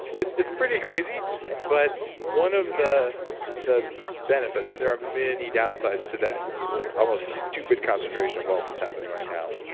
it's it's pretty crazy but one of the the benefits, and there are many downsides to that almost stupid concentration of wealth is happening right now,